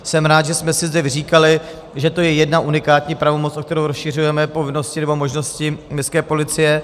Jsem rád, že jsme si zde vyříkali, že to je jedna unikátní pravomoc, o kterou rozšiřujeme povinnosti nebo možnosti městské policie.